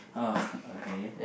oh okay